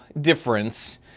difference